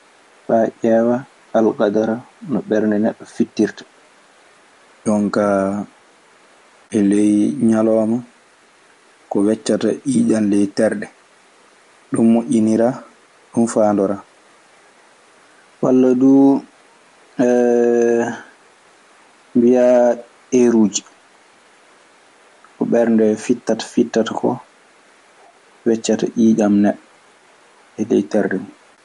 Faa ƴeewa algadara no ɓernde neɗɗo fittirta. Jon kaa e ley ñalawma, ko weccata ƴiiƴan ley terɗe. Ɗun moƴƴiniraa. Ɗun faandoraa. Walla duu mbiyaa eerooji, ko ɓe ɓernde fittata fittata ko weccata ƴiiƴan neɗɗo e ley terɗe mun.